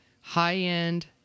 high-end